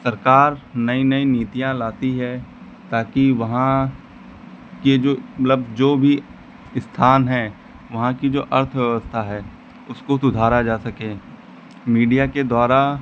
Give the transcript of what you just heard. सरकार नई नई नीतियाँ लाती है ताकि वहाँ के जो मतलब जो भी स्थान हैं वहाँ की जो अर्थव्यवस्था है उसको सुधारा जा सके मीडिया के द्वारा